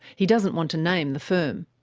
he doesn't want to name the firm.